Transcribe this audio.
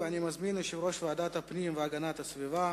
אני מזמין את יושב-ראש ועדת הפנים והגנת הסביבה,